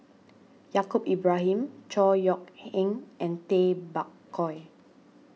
Yaacob Ibrahim Chor Yeok Eng and Tay Bak Koi